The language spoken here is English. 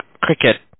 cricket